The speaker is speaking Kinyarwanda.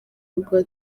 rwa